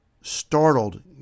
Startled